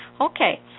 okay